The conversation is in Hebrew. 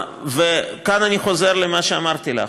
כאן אני חוזר למה שאמרתי לך: